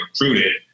recruited